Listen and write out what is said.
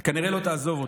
המחלה כנראה לא תעזוב אותו,